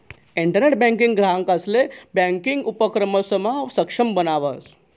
internet banking ग्राहकंसले banking उपक्रमसमा सक्षम बनावस